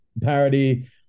parody